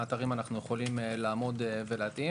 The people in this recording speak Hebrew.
לכמה אתרים אנחנו יכולים לעמוד ולהתאים